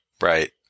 Right